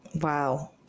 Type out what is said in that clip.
Wow